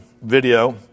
video